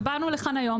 ובאנו לכאן היום,